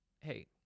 hey